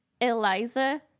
Eliza